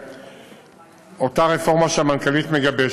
אותה רפורמה שהמנכ"לית מגבשת,